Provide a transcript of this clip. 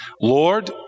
Lord